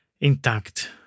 intact